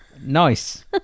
Nice